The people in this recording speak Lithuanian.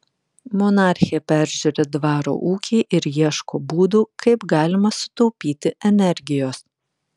monarchė peržiūri dvaro ūkį ir ieško būdų kaip galima sutaupyti energijos